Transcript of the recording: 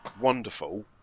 wonderful